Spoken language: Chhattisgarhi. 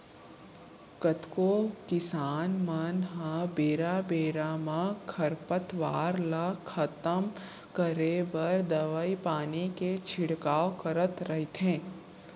कतको किसान मन ह बेरा बेरा म खरपतवार ल खतम करे बर दवई पानी के छिड़काव करत रइथे